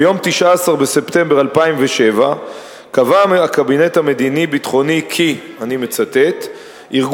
ביום 19 בספטמבר 2007 קבע הקבינט המדיני-ביטחוני כי "ארגון